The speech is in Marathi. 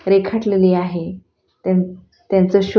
रेखाटलेली आहे त्यां त्यांचं शोर्य